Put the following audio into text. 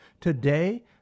Today